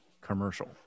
commercial